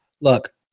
Look